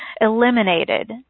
eliminated